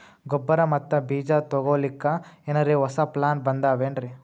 ಗೊಬ್ಬರ ಮತ್ತ ಬೀಜ ತೊಗೊಲಿಕ್ಕ ಎನರೆ ಹೊಸಾ ಪ್ಲಾನ ಬಂದಾವೆನ್ರಿ?